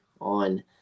on